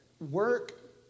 work